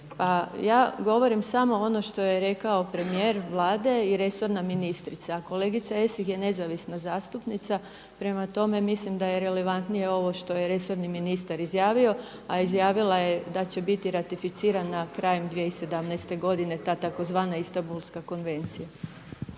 ja govorim samo ono što je rekao premijer Vlade i resorna ministrica. Kolegica Esih je nezavisna zastupnica prema tome mislim da je relevantnije ovo što je resorni ministar izjavio, a izjavila je da će biti ratificirana krajem 2017. godine ta tzv. Istambulska konvencija.